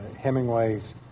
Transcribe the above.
Hemingway's